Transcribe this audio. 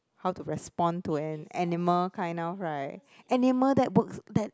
how to respond to an animal kind of right animal that works that